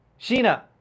Sheena